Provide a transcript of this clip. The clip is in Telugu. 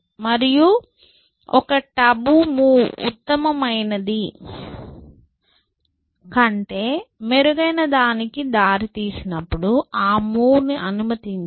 మరియు ఒక టాబు మూవ్ ఉత్తమమైనది కంటే మెరుగైనదానికి దారితీసినప్పుడు ఆ మూవ్ ను అనుమతించాలి